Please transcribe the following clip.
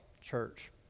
church